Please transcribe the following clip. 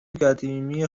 قدیمی